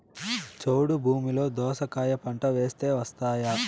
చౌడు భూమిలో దోస కాయ పంట వేస్తే వస్తాయా?